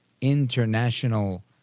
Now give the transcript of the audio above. International